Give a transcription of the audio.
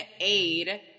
aid